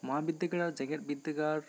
ᱢᱚᱦᱟ ᱵᱤᱫᱽᱫᱟᱹᱜᱟᱲ ᱟᱨ ᱡᱮᱜᱮᱫ ᱵᱤᱫᱽᱫᱟᱹᱜᱟᱲ